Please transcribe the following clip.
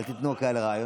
אל תיתנו כאלה רעיונות.